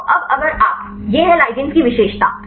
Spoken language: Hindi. तो अब अगर आप यह हैं ligands की विशेषता है